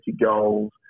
goals